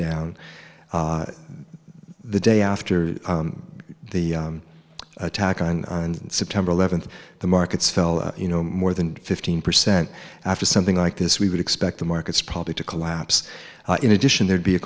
down the day after the attack on september eleventh the markets fell you know more than fifteen percent after something like this we would expect the markets probably to collapse in addition there to be a